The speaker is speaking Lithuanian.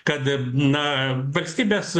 kad na valstybės